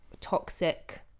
toxic